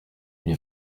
une